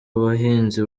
abahinzi